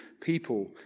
people